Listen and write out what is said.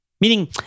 Meaning